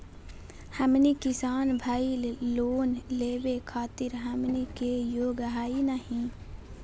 हमनी किसान भईल, लोन लेवे खातीर हमनी के योग्य हई नहीं?